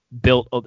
built